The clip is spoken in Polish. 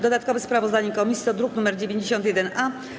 Dodatkowe sprawozdanie komisji to druk nr 91-A.